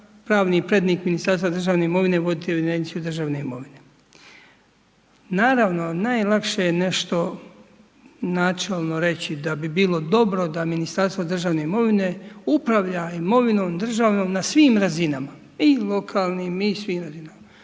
pravni prednik Ministarstva državne imovine voditi evidenciju državne imovine. Naravno, najlakše je nešto načelno da bi bilo dobro da Ministarstvo državne imovine upravlja imovinom državnom na svim razinama. I lokalnim i svim, to je malo